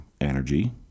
energy